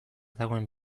dagoen